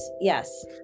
Yes